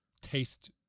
taste